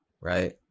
right